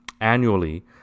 annually